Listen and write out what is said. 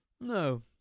No